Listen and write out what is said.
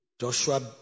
Joshua